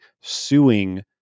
suing